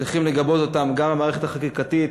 צריכים לגבות אותה גם המערכת החקיקתית,